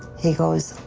he goes,